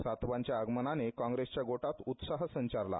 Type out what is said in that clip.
सातवांच्या आगमनाने काँग्रेसच्या गोटात उत्साह संचारला